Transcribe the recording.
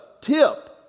tip